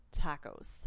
tacos